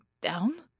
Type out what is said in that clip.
down